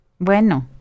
Bueno